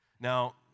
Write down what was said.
Now